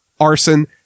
arson